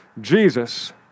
Jesus